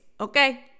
Okay